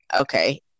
Okay